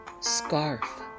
Scarf